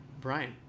Brian